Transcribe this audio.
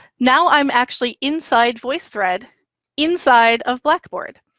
now i'm actually inside voicethread inside of blackboard,